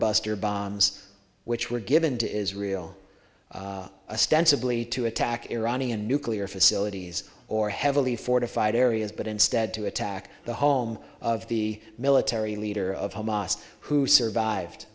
buster bombs which were given to israel stance ability to attack iranian nuclear facilities or heavily fortified areas but instead to attack the home of the military leader of hamas who survived